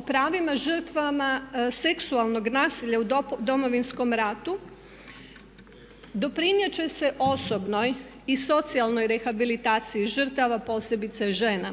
o pravima žrtava seksualnog nasilja u Domovinskom ratu doprinijet će se osobnoj i socijalnoj rehabilitaciji žrtava posebice žena.